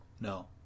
No